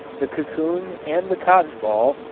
the cocoon and the cotton-ball,